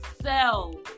sell